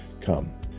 come